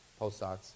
postdocs